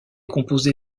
composé